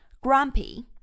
Grumpy